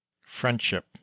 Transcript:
Friendship